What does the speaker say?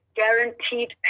guaranteed